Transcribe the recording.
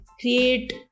create